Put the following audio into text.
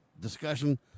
discussion